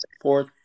fourth